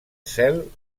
cel